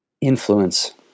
influence